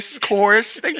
chorus